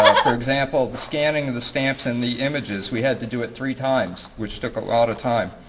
ah for example the scanning of the stamps and the images, we had to do it three times which took a lot of time.